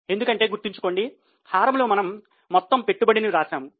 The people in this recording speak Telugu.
ఎందుకంటే గుర్తుంచుకోండి హారంలో మనము మొత్తము పెట్టుబడిని వ్రాసాము